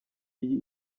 iyi